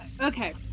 Okay